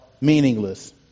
meaningless